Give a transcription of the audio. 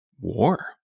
war